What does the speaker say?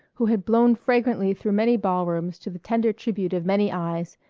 who had blown fragrantly through many ballrooms to the tender tribute of many eyes,